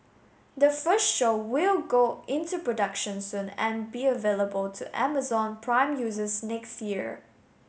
the first show will go into production soon and be available to Amazon Prime users next year